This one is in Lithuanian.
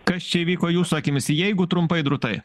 kas čia įvyko jūsų akimis jeigu trumpai drūtai